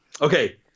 Okay